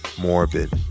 morbid